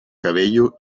cabello